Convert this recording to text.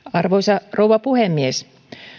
arvoisa rouva puhemies